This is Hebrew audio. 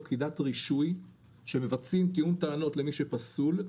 פקידת רישוי שמבצעים טיעון טענות למי שפסול,